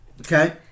Okay